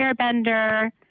Airbender